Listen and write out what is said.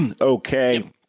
okay